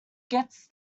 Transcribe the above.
gets